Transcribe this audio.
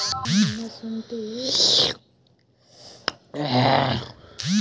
ఆవులకు మేత ఉన్నసొంటి పచ్చిగడ్డిలకు మన గేదెలను తోల్కపో